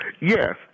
Yes